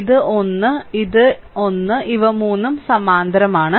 ഇത് ഒന്ന് ഇത് ഇത് ഒന്ന് ഇവ മൂന്നും സമാന്തരമാണ്